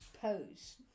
pose